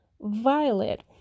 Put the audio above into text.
violet